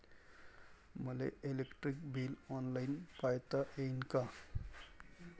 मले electric bill online पायता येईन का?